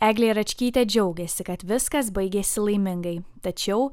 eglė račkytė džiaugiasi kad viskas baigėsi laimingai tačiau